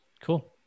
Cool